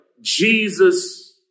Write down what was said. Jesus